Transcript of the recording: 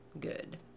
good